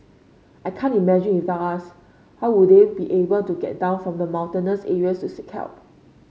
I can't imagine without us how they would be able to get down from the mountainous areas to seek help